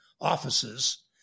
offices